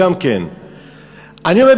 אני אומר,